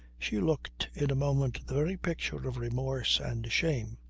she looked in a moment the very picture of remorse and shame.